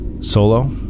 solo